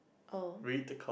oh